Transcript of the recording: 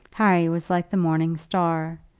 harry was like the morning star.